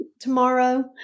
tomorrow